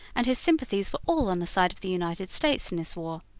and his sympathies were all on the side of the united states in this war.